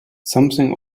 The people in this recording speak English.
something